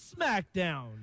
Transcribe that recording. SmackDown